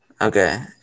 okay